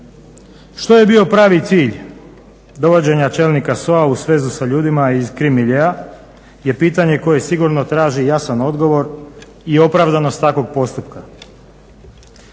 Što je bio pravi cilj dovođenja čelnika SOA-e u svezu sa ljudima iz krim miljea je pitanje koje sigurno traži jasan odgovor i opravdanost takvog postupka.